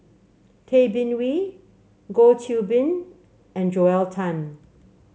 Tay Bin Wee Goh Qiu Bin and Joel Tan